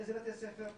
איזה בתי ספר,